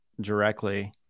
directly